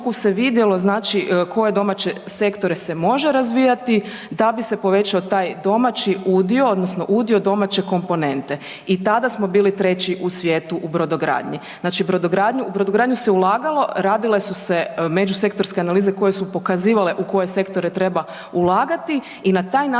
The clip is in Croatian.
u brodogradnju se ulagalo, radile su se međusektorske analize koje su pokazivale u koje sektore treba ulagati i na taj način